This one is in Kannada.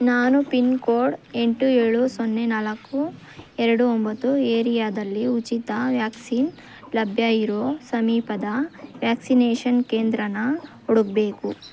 ನಾನು ಪಿನ್ಕೋಡ್ ಎಂಟು ಏಳು ಸೊನ್ನೆ ನಾಲ್ಕು ಎರಡು ಒಂಬತ್ತು ಏರಿಯಾದಲ್ಲಿ ಉಚಿತ ವ್ಯಾಕ್ಸಿನ್ ಲಭ್ಯ ಇರೋ ಸಮೀಪದ ವ್ಯಾಕ್ಸಿನೇಷನ್ ಕೇಂದ್ರನ ಹುಡುಕಬೇಕು